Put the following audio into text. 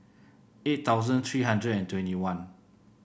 eight thousand three hundred and twenty one